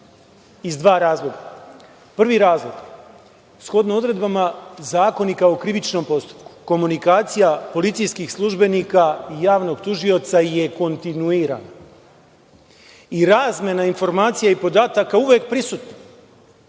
iz dva razloga. Prvi razlog, shodno odredbama Zakonika o krivičnom postupku komunikacija policijskih službenika i javnog tužioca je kontinuirana i razmena informacija i podataka uvek prisutna.